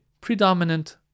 predominant